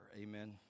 Amen